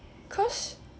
cause